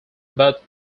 but